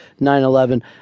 9-11